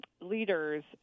leaders